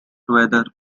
weather